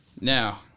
Now